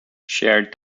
shared